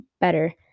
better